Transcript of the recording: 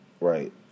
Right